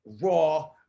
raw